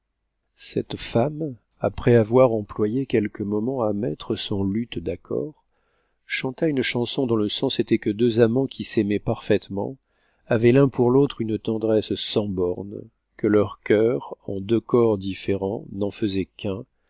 cette femme après avoir employé quelques'moments à mettre son luth d'accord chanta une chanson dont le sens était que deux amants qui s'aimaient parfaitement avaient l'un pour l'autre une tendresse sans bornes que leurs cœurs en deux corps différents n'en faisaient qu'un